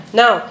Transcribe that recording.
now